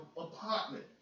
apartment